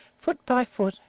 foot by foot,